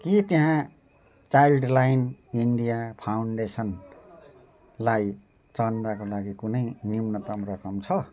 के त्यहाँ child line India फाउन्डेसनलाई चन्दाको लागि कुनै न्यूनतम रकम छ